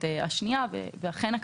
אכן,